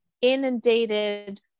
inundated